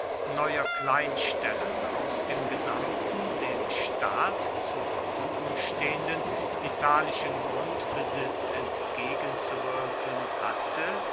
neuer kleinstellen aus dem gesamten dem staat zur verfügung stehenden italischen grundbesitz entgegenzuwirken hatte